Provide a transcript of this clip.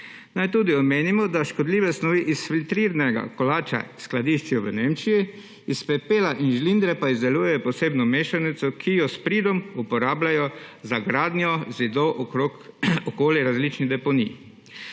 Naj tudi omenimo, da škodljive snovi iz filtrirnega kolača skladiščijo v Nemčiji, iz pepela in žlindre pa izdelujejo posebno mešanico, ki jo s pridom uporabljajo za gradnjo zidov okoli različnih deponij.